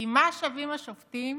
כי מה שווים השופטים